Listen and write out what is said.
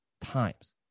times